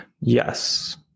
Yes